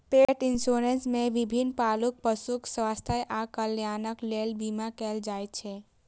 पेट इंश्योरेंस मे विभिन्न पालतू पशुक स्वास्थ्य आ कल्याणक लेल बीमा कैल जाइ छै